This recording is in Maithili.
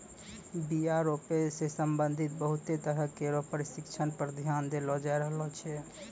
बीया रोपै सें संबंधित बहुते तरह केरो परशिक्षण पर ध्यान देलो जाय रहलो छै